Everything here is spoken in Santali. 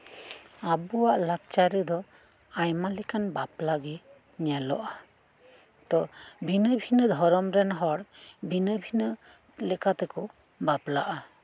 ᱟᱵᱩᱣᱟᱜ ᱞᱟᱠᱪᱟᱨ ᱨᱮᱫᱚ ᱟᱭᱢᱟᱞᱮᱠᱟᱱ ᱵᱟᱯᱞᱟᱜᱮ ᱧᱮᱞᱚᱜᱼᱟ ᱛᱚ ᱵᱷᱤᱱᱟᱹ ᱵᱷᱤᱱᱟᱹ ᱫᱷᱚᱨᱚᱢ ᱨᱮᱱᱦᱚᱲ ᱵᱷᱤᱱᱟᱹ ᱵᱷᱤᱱᱟᱹ ᱞᱮᱠᱟᱛᱮᱠᱚ ᱵᱟᱯᱞᱟᱜᱼᱟ ᱛᱚ